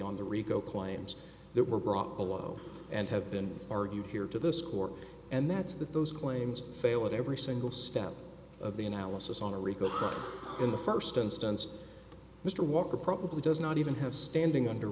on the rico claims that were brought below and have been argued here to this court and that's that those claims fail at every single step of the analysis on a rico crime in the first instance mr walker probably does not even have standing under